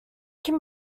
can